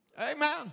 Amen